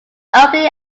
opening